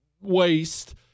waste